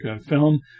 film